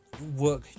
Work